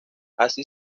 así